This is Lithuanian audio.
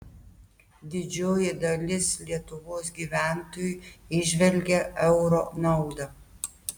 didžioji dalis lietuvos gyventojų įžvelgia euro naudą